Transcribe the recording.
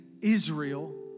Israel